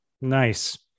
Nice